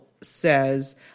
says